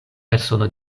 persono